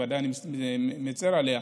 אני ודאי מצר עליה.